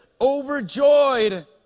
overjoyed